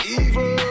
evil